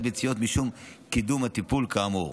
ביציות עדיין יש משום קידום הטיפול כאמור.